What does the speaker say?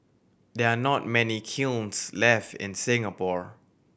there are not many kilns left in Singapore